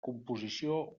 composició